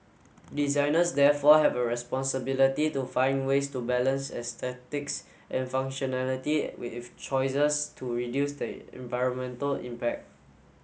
designers therefore have a responsibility to find ways to balance aesthetics and functionality with choices to reduce the environmental impact